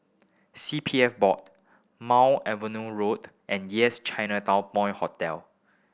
C P F Board Mount Road and Yes Chinatown Point Hotel